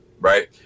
right